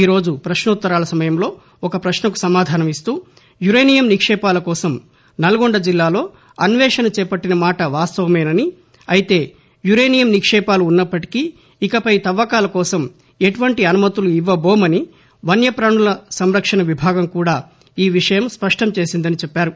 ఈరోజు పశ్నోత్తరాల సమయంలో ఒక పశ్నకు సమాధానం ఇస్తూ యురేనియం నిక్షేపాల కోసం నల్గొండ జిల్లాలో అన్వేషణ చేపట్లిన మాట వాస్తవమేనని అయితే యురేనియం నిక్షేపాలు ఉన్నప్పటికీ ఇకపై తవ్వకాలకోసం ఎటువంటి అనుమతులు ఇవ్వబోమని వన్యపాణుల సంరక్షణ విభాగం కూడా ఈ విషయం స్పష్టం చేసిందని చెప్పారు